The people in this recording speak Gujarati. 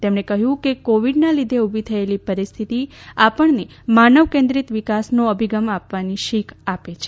તેમણે કહ્યું કે કોવિડનાં લીધે ઉભી થયેલી પરિસ્થિતી આપણને માનવકેન્દ્રીત વિકાસનો અભિગમ આપનાવવાની શીખ આપે છે